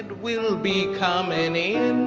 will be come any